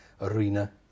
arena